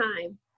time